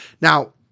Now